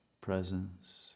presence